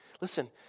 Listen